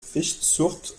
fischzucht